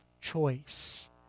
choice